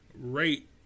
rate